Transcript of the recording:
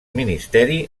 ministeri